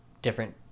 different